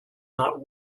not